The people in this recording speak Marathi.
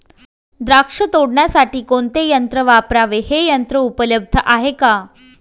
द्राक्ष तोडण्यासाठी कोणते यंत्र वापरावे? हे यंत्र उपलब्ध आहे का?